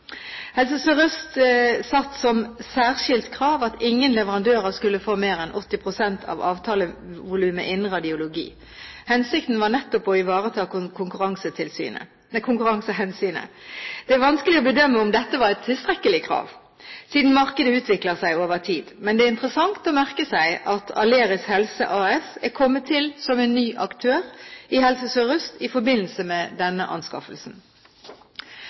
Helse Sør-Øst satte som særskilt krav at ingen leverandører skulle få mer enn 80 pst. av avtalevolumet innen radiologi. Hensikten var nettopp å ivareta konkurransehensynet. Det er vanskelig å bedømme om dette var et tilstrekkelig krav, siden markedet utvikler seg over tid. Men det er interessant å merke seg at Aleris Helse AS er kommet til som en ny aktør i Helse Sør-Øst i forbindelse med denne anskaffelsen.